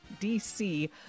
DC